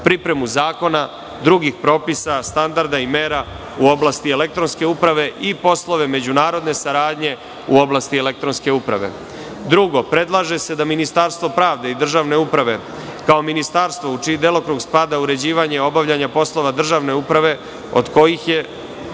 pripremu zakona, drugih propisa, standarda i mera, u oblasti elektronske uprave i poslove međunarodne saradnje u oblasti elektronske uprave. Drugo, predlaže da Ministarstvo pravde i državne uprave, kao ministarstvo, u čiji delokrug spada uređivanje obavljanja poslova državne uprave, od kojih je